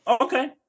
Okay